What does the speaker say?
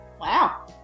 Wow